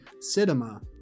cinema